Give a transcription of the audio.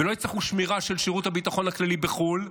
ולא יצטרכו שמירה של שירות הביטחון הכללי בחו"ל,